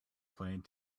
playing